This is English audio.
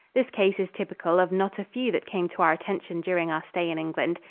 this case is typical of not a few that came to our attention during our stay in england.